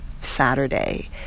Saturday